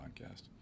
podcast